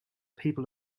people